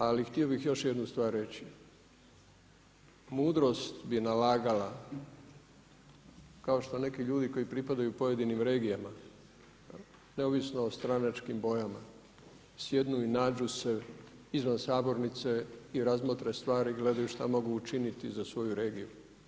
Ali hito bih još jednu stvar reći, mudrost bi nalagala kao što neki ljudi koji pripadaju pojedinim regijama neovisno o stranačkim bojama, sjednu i nađu se izvan sabornice i razmotre stvari i gledaju šta mogu učiniti za svoju regiju.